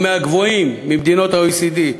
האי-שוויון בישראל הוא מהגבוהים במדינות ה-OECD.